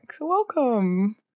Welcome